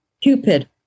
Cupid